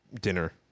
dinner